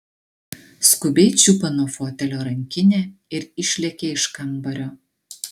skubiai čiupo nuo fotelio rankinę ir išlėkė iš kambario